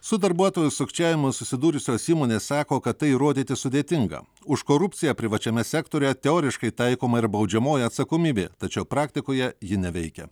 su darbuotojų sukčiavimu susidūrusios įmonės sako kad tai įrodyti sudėtinga už korupciją privačiame sektoriuje teoriškai taikoma ir baudžiamoji atsakomybė tačiau praktikoje ji neveikia